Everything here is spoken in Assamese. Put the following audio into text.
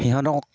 সিহঁতক